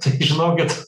tai žinokit